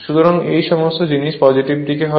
সুতরাং এই সমস্ত জিনিস পজেটিভ দিক হবে